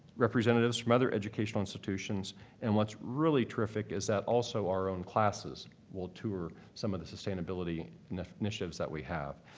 representatives from other educational institutions and what's really terrific is that also our own classes will tour some of the sustainability initiatives that we have.